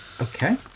Okay